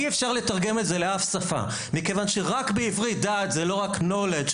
אי אפשר לתרגם את זה לאף שפה מכיוון שרק בעברית דעת זה לא רק נולג',